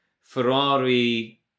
Ferrari